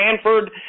Stanford